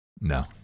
No